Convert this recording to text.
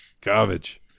Garbage